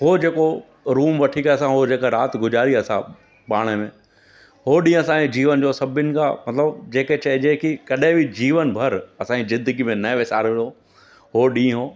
हो जेको रूम वठी करे असां राति गुज़ारी असां पाण में हो ॾींहुं असांजे जीवन में मतिलबु जंहिंखे चइजे की कॾहिं बि जीवन भर असां जी ज़िंदगी में न विसारिणो हो ॾींहुं हो